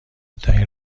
ترین